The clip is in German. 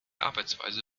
arbeitsweise